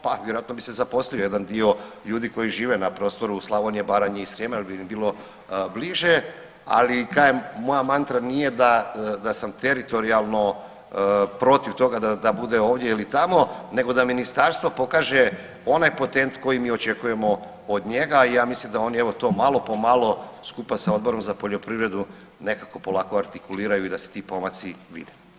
Pa vjerojatno bi se zaposlio jedan dio ljudi koji žive na prostoru Slavonije, Baranje i Srijema jer bi im bilo diže, ali kažem moja mantra nije da sam teritorijalno da sam protiv toga da bude ovdje ili tamo nego da ministarstvo pokaže onaj potent koji mi očekujemo od njega, a ja mislim da oni evo to malo po malo skupa sa Odborom za poljoprivredu nekako polako artikuliraju i da se ti pomaci vide.